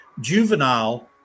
juvenile